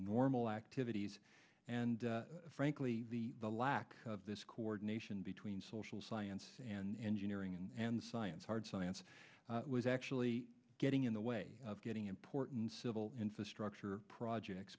normal activities and frankly the lack of this coordination between social science and engineering and science hard science was actually getting in the way of getting important civil infrastructure projects